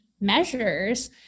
measures